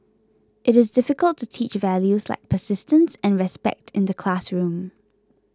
it is difficult to teach values like persistence and respect in the classroom